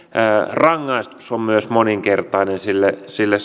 rangaistus myös on moninkertainen sille sille